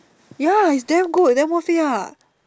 ya is damn good damn worth it ah